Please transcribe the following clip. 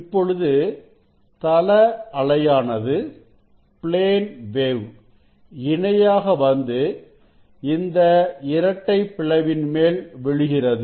இப்பொழுது தள அலையானது இணையாக வந்து இந்த இரட்டை பிளவின் மேல் விழுகிறது